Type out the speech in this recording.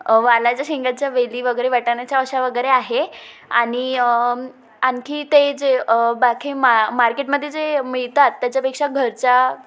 वालाच्या शेंगांच्या वेली वगैरे वाटाण्याच्या अशा वगैरे आहे आणि आणखी ते जे बाकी मा मार्केटमध्ये जे मिळतात त्याच्यापेक्षा घरच्या